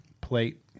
plate